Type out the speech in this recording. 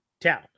town